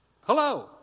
Hello